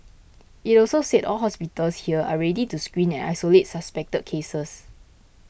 it also said all hospitals here are ready to screen and isolate suspected cases